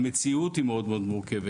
והמציאות היא מאוד מאוד מורכבת.